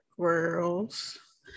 girls